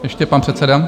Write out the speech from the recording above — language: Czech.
Ještě pan předseda.